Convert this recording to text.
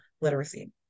literacy